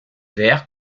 vers